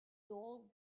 dull